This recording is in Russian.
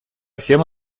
всем